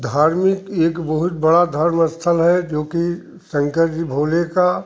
धार्मिक एक बहुत बड़ा धर्म स्थल है जो कि शंकर जी भोले का